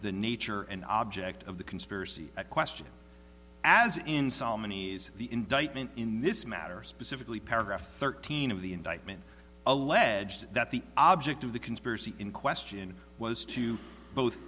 the nature and object of the conspiracy at question as in sol many's the indictment in this matter specifically paragraph thirteen of the indictment alleged that the object of the conspiracy in question was to both